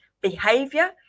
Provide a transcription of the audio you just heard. behavior